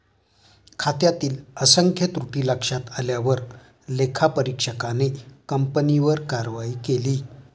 खात्यातील असंख्य त्रुटी लक्षात आल्यावर लेखापरीक्षकाने कंपनीवर कारवाई केली